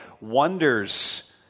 wonders